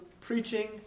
preaching